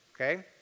okay